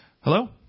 Hello